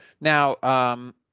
now